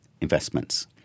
investments